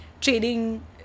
trading